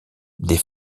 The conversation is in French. des